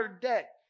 debt